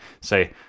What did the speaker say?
say